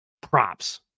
Props